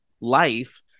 life